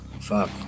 Fuck